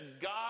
God